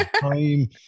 time